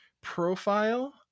profile